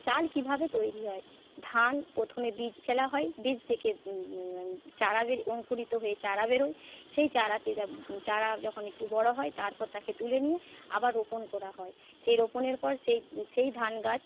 চাল কীভাবে তৈরি হয় ধান প্রথমে বীজ ফেলা হয় বীজ থেকে চারা বের অঙ্কুরিত হয়ে চারা বেরোয় সেই চারাতে যে চারা যখন একটু বড়ো হয় তারপর তাকে তুলে নিয়ে আবার রোপণ করা হয় সেই রোপণের পর সেই সেই ধানগাছ